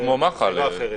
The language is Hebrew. או כמו מח"ל, ראובן.